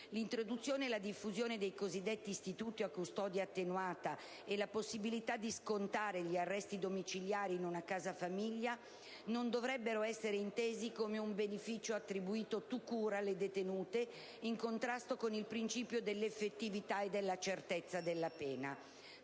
L'introduzione e la diffusione dei cosiddetti Istituti a custodia attenuata e la possibilità di scontare gli arresti domiciliari in una casa famiglia non dovrebbero essere intese come un beneficio attribuito *tout court* alle detenute in contrasto con il principio della effettività e della certezza della pena: